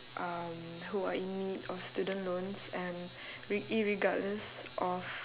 um who are in need of student loans and re~ irregardless of